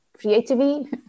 Creativity